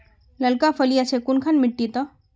लालका फलिया छै कुनखान मिट्टी त?